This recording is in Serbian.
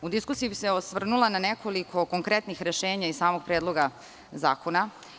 U diskusiji bih se osvrnula na nekoliko konkretnih rešenja iz samog predloga zakona.